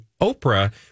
oprah